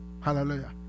Hallelujah